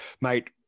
Mate